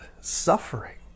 suffering